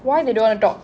why they don't want talk